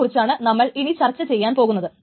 അതിനെ കുറിച്ചാണ് നമ്മൾ ഇനി ചർച്ച ചെയ്യാൻ പോകുന്നത്